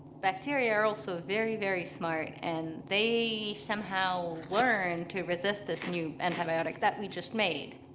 bacteria are also ah very, very smart. and they somehow learn to resist this new antibiotic that we just made.